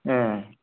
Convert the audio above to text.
ए